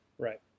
Right